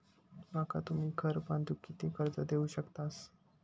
माका तुम्ही घर बांधूक किती कर्ज देवू शकतास?